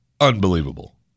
unbelievable